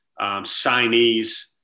signees